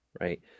Right